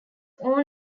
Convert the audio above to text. own